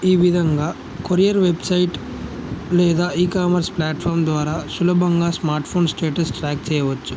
ఈ విధంగా courier website లేదా ఈకామర్స్ ప్లాట్ఫామ్ ద్వారా సులభంగా స్మార్ట్ ఫోన్ స్టేటస్ ట్రాక్ చేయవచ్చు